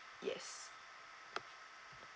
yes